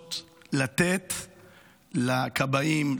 לנסות לתת לכבאים,